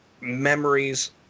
memories